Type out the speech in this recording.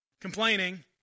complaining